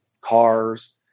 cars